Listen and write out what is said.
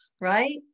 right